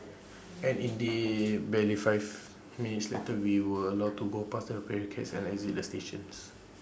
and indeed barely five minutes later we were allowed to go past the barricades and exit the stations